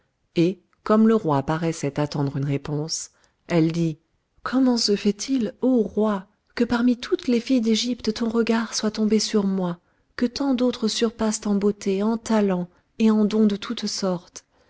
et comme le roi paraissait attendre une réponse elle dit comment se fait-il ô roi que parmi toutes les filles d'égypte ton regard soit tombé sur moi que tant d'autres surpassent en beauté en talents et en dons de toutes sortes